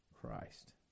Christ